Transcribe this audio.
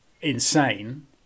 insane